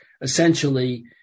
essentially